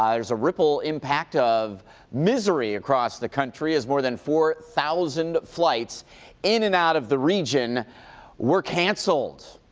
um there's a ripple impact of misery across the country as more than four thousand flights in and out of the region were canceled.